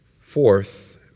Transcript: fourth